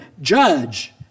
judge